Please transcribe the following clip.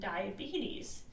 diabetes